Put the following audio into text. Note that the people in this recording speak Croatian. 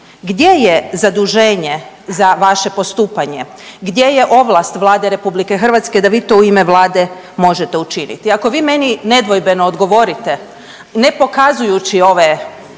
gdje je zaduženje za vaše postupanje? Gdje je ovlast Vlade RH da vi to u ime Vlade možete učiniti? Ako vi meni nedvojbeno odgovorite, ne pokazujući ove